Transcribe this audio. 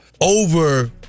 over